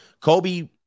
Kobe